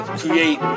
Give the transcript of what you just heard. create